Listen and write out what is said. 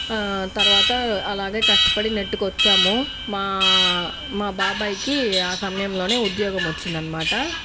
తర్వాత అలాగే కష్టపడి నెట్టుకొచ్చాము మా మా బాబాయికి ఆ సమయంలోనే ఉద్యోగం వచ్చిందనమాట